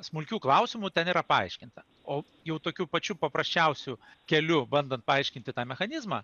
smulkių klausimų ten yra paaiškinta o jau tokiu pačiu paprasčiausiu keliu bandant paaiškinti tą mechanizmą